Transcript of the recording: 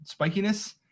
spikiness